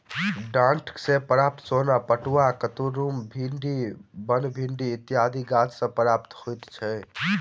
डांट सॅ प्राप्त सोन पटुआ, कुतरुम, भिंडी, बनभिंडी इत्यादि गाछ सॅ प्राप्त होइत छै